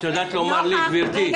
גברתי,